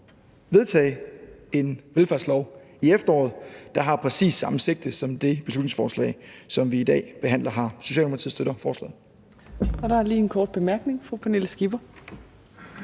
vedtage en velfærdslov i efteråret, der har præcis samme sigte som det beslutningsforslag, som vi i dag behandler